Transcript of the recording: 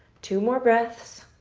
two more breaths.